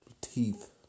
teeth